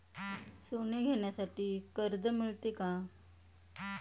सोने घेण्यासाठी कर्ज मिळते का?